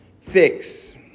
fix